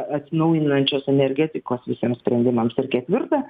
atsinaujinančios energetikos visiems sprendimams ir ketvirta